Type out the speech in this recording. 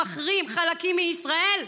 שמחרים חלקים מישראל,